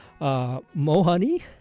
Mohani